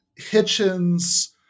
Hitchens